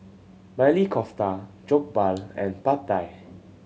Maili Kofta Jokbal and Pad Thai